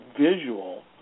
visual